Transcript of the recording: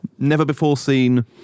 never-before-seen